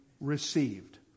received